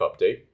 update